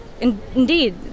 Indeed